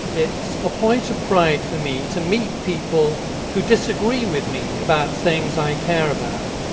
it's a point of pride for me to meet people who disagree with me about things i care about.